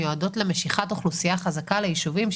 מיועדות למשיכת אוכלוסייה חזקה לישובים,